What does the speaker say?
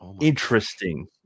interesting